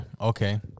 Okay